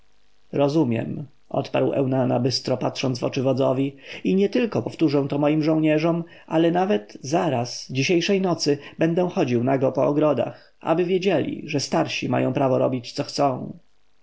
rozumiem odparł eunana bystro patrząc w oczy wodzowi i nietylko powtórzę to moim żołnierzom ale nawet zaraz dzisiejszej nocy będę chodził nago po ogrodach aby wiedzieli że starsi mają prawo robić co chcą